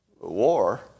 war